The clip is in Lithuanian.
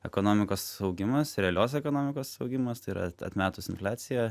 ekonomikos augimas realios ekonomikos augimas tai yra atmetus infliaciją